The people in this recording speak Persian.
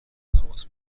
تماس